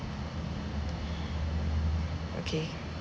okay